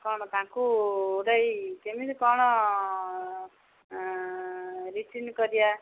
କ'ଣ ତାଙ୍କୁ ଗୋଟେ ଏଇ କେମିତି କ'ଣ ରିଟିନ୍ କରିବା